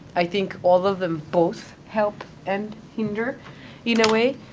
i think all of them both help and hinder in a way,